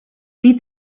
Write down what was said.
die